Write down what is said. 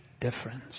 difference